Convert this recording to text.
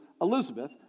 Elizabeth